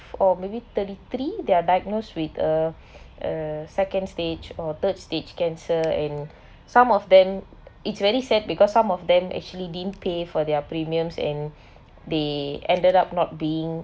or maybe thirty three they are diagnosed with uh uh second stage or third stage cancer and some of them it's very sad because some of them actually didn't pay for their premiums and they ended up not being